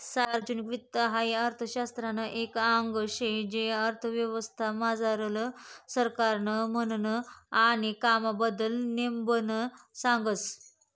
सार्वजनिक वित्त हाई अर्थशास्त्रनं एक आंग शे जे अर्थव्यवस्था मझारलं सरकारनं म्हननं आणि कामबद्दल नेमबन सांगस